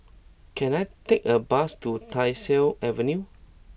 can I take a bus to Tyersall Avenue